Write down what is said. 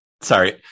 Sorry